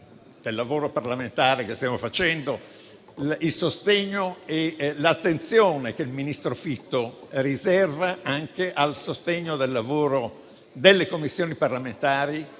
del lavoro parlamentare che stiamo facendo, il sostegno e l'attenzione che il ministro Fitto riserva al lavoro delle Commissioni parlamentari